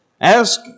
Ask